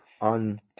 on